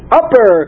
upper